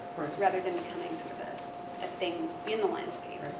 rather than becoming sort of a thing in the landscape.